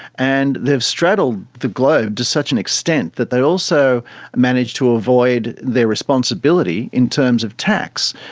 and they've straddled the globe to such an extent that they also managed to avoid their responsibility in terms of tax.